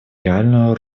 реальную